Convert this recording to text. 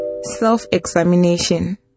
Self-examination